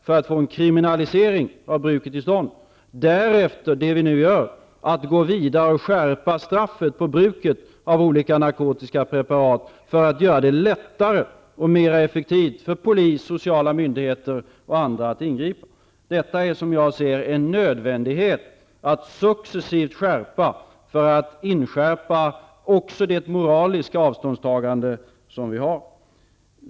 Därefter har vi gått vidare för att skärpa straffet på bruk av olika narkotiska preparat för att göra det lättare och mer effektivt för polis, sociala myndigheter och andra att ingripa. Det är en nödvändighet att skärpa straffet successivt för att också inskärpa det moraliska avståndstagande som vi gör.